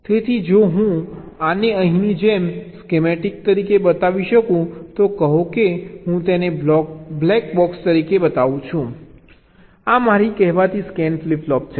તેથી જો હું આને અહીંની જેમ સ્કીમેટિક તરીકે બતાવી શકું તો કહો કે હું તેને બ્લેક બોક્સ તરીકે બતાવું છું આ મારી કહેવાતી સ્કેન ફ્લિપ ફ્લોપ છે